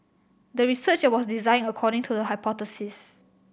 the research was designed according to the hypothesis